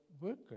workers